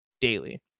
daily